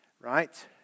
right